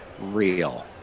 real